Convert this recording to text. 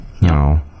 No